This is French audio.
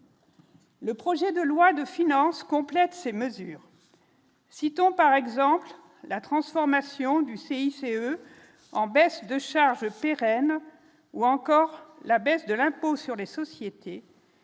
Le projet de loi de finances complète ces mesures. Citons par exemple la transformation du CICE en baisses de charges pérennes ou encore la baisse de l'impôt sur les sociétés.